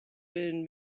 been